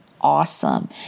awesome